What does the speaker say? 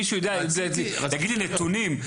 מישהו יודע להגיד לי נתונים?